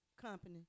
company